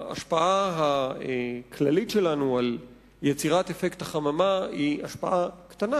ההשפעה הכללית שלנו על יצירת אפקט החממה היא השפעה קטנה,